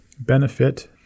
Benefit